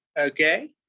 Okay